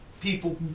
people